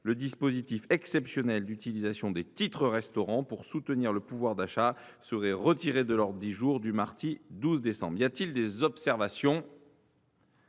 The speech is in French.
le dispositif exceptionnel d’utilisation des titres restaurants pour soutenir le pouvoir d’achat seraient retirés de l’ordre du jour du mardi 12 décembre. Y a t il des observations ?…